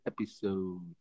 Episode